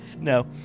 No